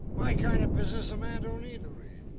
my kind of business a man don't need to read.